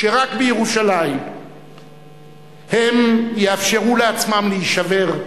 שרק בירושלים הם יאפשרו לעצמם להישבר,